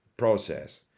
process